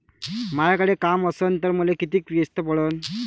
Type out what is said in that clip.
मायाकडे काम असन तर मले किती किस्त पडन?